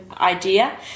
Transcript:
idea